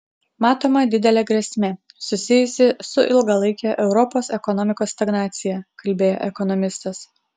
matoma didelė grėsmė susijusi su ilgalaike europos ekonomikos stagnacija kalbėjo ekonomistas